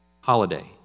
holiday